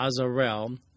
Azarel